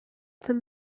them